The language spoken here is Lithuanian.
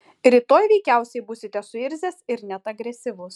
rytoj veikiausiai būsite suirzęs ir net agresyvus